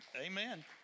amen